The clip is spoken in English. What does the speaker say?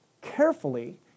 carefully